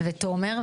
ותומר,